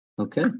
Okay